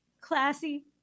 classy